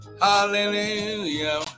Hallelujah